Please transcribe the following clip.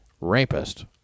rapist